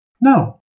No